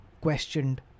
questioned